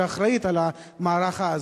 שאחראית למערכה הזאת.